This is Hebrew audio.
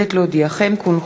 יתקיימו כאן,